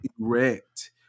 erect